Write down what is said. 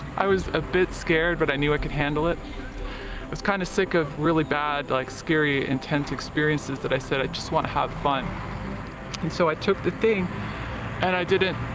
i was a bit scared, but i knew i could handle it it's kind of sick of really bad like scary intense experiences that i said. i just want to have fun and so i took the theme and i didn't